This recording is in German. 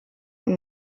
und